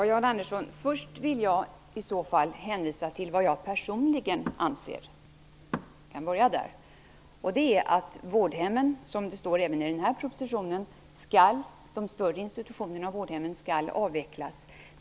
Herr talman! Först vill jag i så fall hänvisa till vad jag personligen anser, Jan Andersson. Vi kan börja där. De större institutionerna och vårdhemmen skall avvecklas, som det står även i den här propositionen.